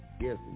Yes